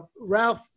Ralph